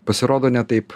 pasirodo ne taip